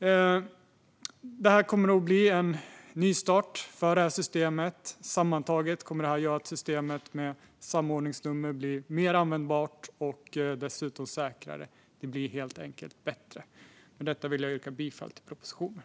Detta kommer att bli en nystart för systemet. Sammantaget kommer det att göra att systemet med samordningsnummer blir mer användbart och dessutom säkrare. Det blir helt enkelt bättre. Med detta yrkar jag bifall till propositionen.